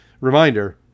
reminder